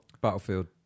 Battlefield